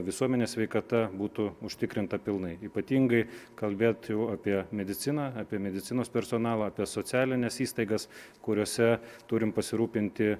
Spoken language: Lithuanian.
visuomenės sveikata būtų užtikrinta pilnai ypatingai kalbėt apie mediciną apie medicinos personalą apie socialines įstaigas kuriose turim pasirūpinti